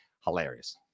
Hilarious